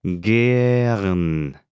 Gern